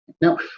Now